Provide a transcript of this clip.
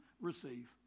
receive